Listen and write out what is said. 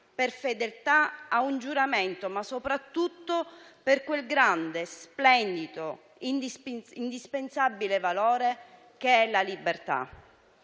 per fedeltà a un giuramento, ma soprattutto per quel grande, splendido e indispensabile valore che è la libertà.